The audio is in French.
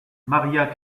maria